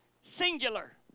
Singular